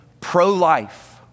pro-life